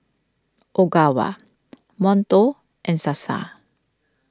Ogawa Monto and Sasa